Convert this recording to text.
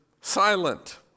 silent